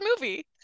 movie